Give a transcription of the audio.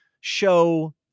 show